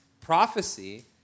Prophecy